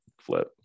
flip